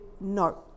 no